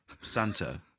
Santa